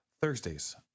thursdays